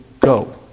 go